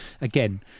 again